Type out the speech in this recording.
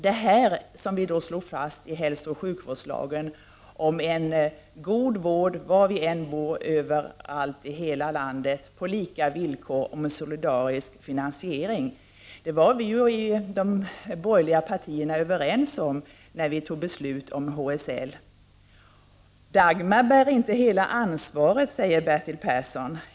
Det som vi slog fast i hälsooch sjukvårdslagen om en god vård var man än bor i hela landet, på lika villkor och med en solidarisk finansiering, var vi överens om i de borgerliga partierna när vi tog beslut om HSL. Dagmarsystemet bär inte hela ansvaret, säger Bertil Persson.